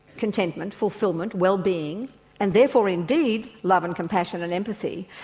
contentment, fulfilment, wellbeing and therefore indeed, love and compassion and empathy.